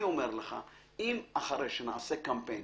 אני אומר לך שאם אחרי שנעשה קמפיין